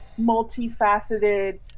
multifaceted